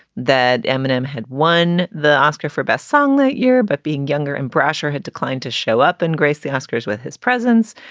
that eminem had won the oscar for best song that year. but being younger and brasher had declined to show up and grace the oscars with his presence.